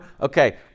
okay